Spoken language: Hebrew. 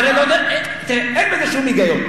תראה, אין בזה שום היגיון.